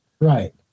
Right